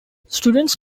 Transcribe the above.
students